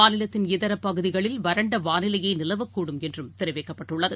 மாநிலத்தின் இதரபகுதிகளில் வறண்டவானிலையேநிலவக்கூடும் என்றும் தெரிவிக்கப்பட்டுள்ளது